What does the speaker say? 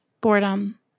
Boredom